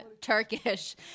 Turkish